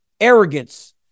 Arrogance